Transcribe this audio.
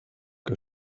que